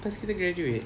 lepas kita graduate